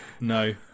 No